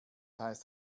heißt